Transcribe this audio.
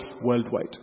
worldwide